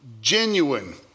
genuine